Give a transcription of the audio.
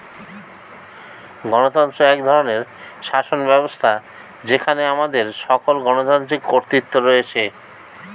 গণতন্ত্র এক ধরনের শাসনব্যবস্থা যেখানে আমাদের সকল গণতান্ত্রিক কর্তৃত্ব রয়েছে